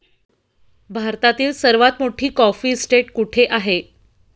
भारतातील सर्वात मोठी कॉफी इस्टेट कुठे आहे?